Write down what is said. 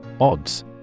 Odds